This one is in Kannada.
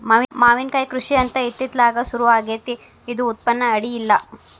ಮಾವಿನಕಾಯಿ ಕೃಷಿ ಅಂತ ಇತ್ತಿತ್ತಲಾಗ ಸುರು ಆಗೆತ್ತಿ ಇದು ಉತ್ಪನ್ನ ಅಡಿಯಿಲ್ಲ